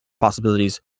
possibilities